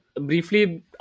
briefly